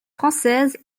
française